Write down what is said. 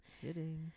Kidding